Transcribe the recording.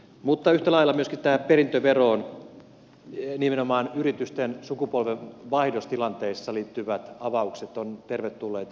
mutta yhtä lailla myöskin tähän perintöveroon nimenomaan yritysten sukupolvenvaihdostilanteissa liittyvät avaukset ovat tervetulleita